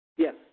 Yes